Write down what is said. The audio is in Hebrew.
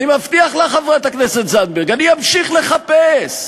אני מבטיח לך, חברת הכנסת זנדברג, אני אמשיך לחפש.